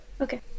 Okay